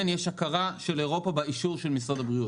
יש הכרה של אירופה באישור של משרד הבריאות.